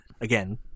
again